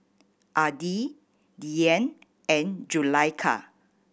Adi Dian and Zulaikha